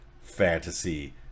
fantasy